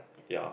ya